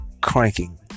cranking